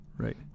Right